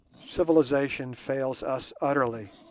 civilization fails us utterly.